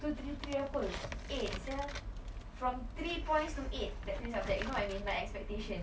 three three apa eight sia from three points to eight that three subjects you know what I mean my expectation can